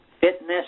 fitness